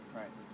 right